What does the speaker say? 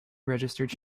registered